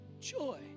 joy